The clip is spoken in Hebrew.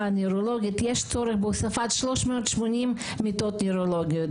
הנוירולוגית יש צורך בהוספת 380 מיטות נוירולוגיות.